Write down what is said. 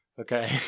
Okay